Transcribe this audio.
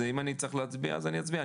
אם אני צריך להצביע, אז אני אצביע.